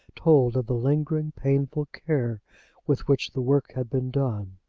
told of the lingering painful care with which the work had been done.